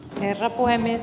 herra puhemies